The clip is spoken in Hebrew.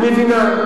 היא מבינה.